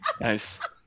nice